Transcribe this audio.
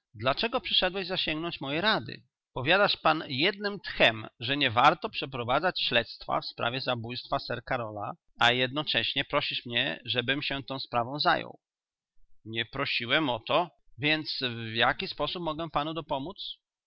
dlaczego przyszedłeś zasięgnąć mojej rady powiadasz pan jednym tchem że nie warto przeprowadzać śledztwa w sprawie zabójstwa sir karola a jednocześnie prosisz mnie żebym się tą sprawą zajął nie prosiłem o to więc w jaki sposób mogę panu dopomódz